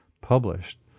published